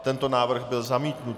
Tento návrh byl zamítnut.